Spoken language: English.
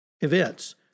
events